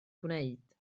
gwneud